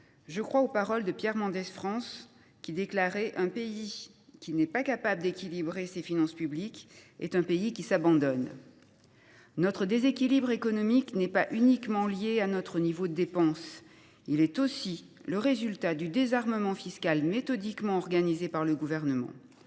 je crois aux paroles de Pierre Mendès France :« Un pays qui n’est pas capable d’équilibrer ses finances publiques est un pays qui s’abandonne. » Notre déséquilibre économique n’est pas uniquement lié à notre niveau de dépense ; il est aussi le résultat du désarmement fiscal méthodiquement organisé par le Gouvernement.